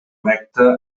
recta